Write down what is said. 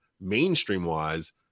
mainstream-wise